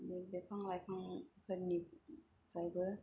बिफां लाइफांफोरनिफ्रायबो